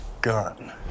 gun